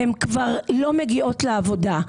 הן כבר לא מגיעות לעבודה.